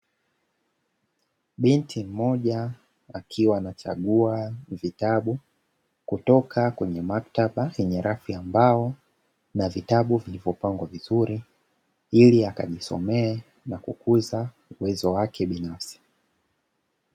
Binti mmoja akiwa anachagua vitabu kutoka kwenye maktaba yenye rafu ya mbao na vitabu vilivyopangwa vizuri ili akajisomee na kukuza uwezo wake binafsi.